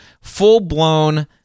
full-blown